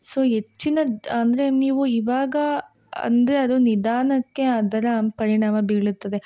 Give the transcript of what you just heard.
so ಹೆಚ್ಚಿನ ದ ಅಂದರೆ ನೀವು ಇವಾಗ ಅಂದರೆ ಅದು ನಿಧಾನಕ್ಕೆ ಅದರ ಪರಿಣಾಮ ಬೀರುತ್ತದೆ